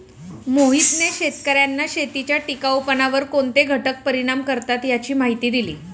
मोहितने शेतकर्यांना शेतीच्या टिकाऊपणावर कोणते घटक परिणाम करतात याची माहिती दिली